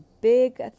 big